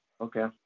okay